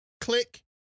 Click